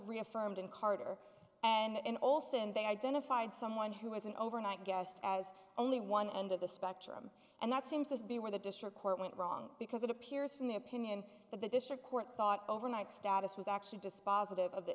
reaffirmed in carter and olson they identified someone who has an overnight guest as only one end of the spectrum and that seems to be where the district court went wrong because it appears from the opinion that the district court thought overnight status was actually dispositive of the